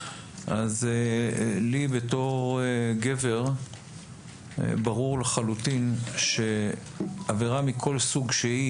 לי כגבר ברור לחלוטין שעבירה מכל סוג שהיא